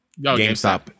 GameStop